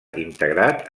integrat